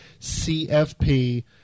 CFP